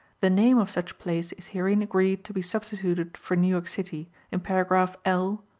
the name of such place is herein agreed to be substituted for new york city in paragraphs l,